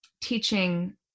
teaching